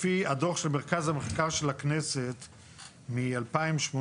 לפי הדו"ח של מרכז המחקר של כנסת ישראל משנת